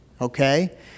Okay